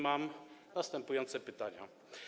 Mam następujące pytania.